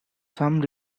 some